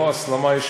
לא הסלמה, יש